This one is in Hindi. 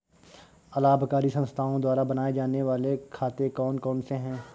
अलाभकारी संस्थाओं द्वारा बनाए जाने वाले खाते कौन कौनसे हैं?